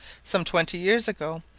some twenty years ago,